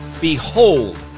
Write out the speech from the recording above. Behold